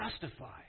justify